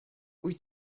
wyt